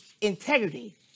integrity